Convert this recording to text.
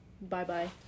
Bye-bye